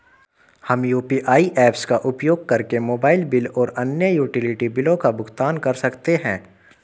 हम UPI apps का उपयोग करके मोबाइल बिल और अन्य यूटिलिटी बिलों का भुगतान कर सकते हैं